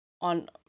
on